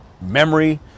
memory